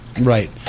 Right